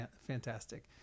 fantastic